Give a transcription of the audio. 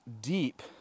deep